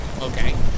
Okay